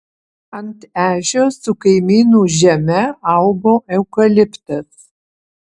ant ežios su kaimynų žeme augo eukaliptas